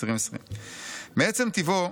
2020). "מעצם טבעו,